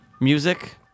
music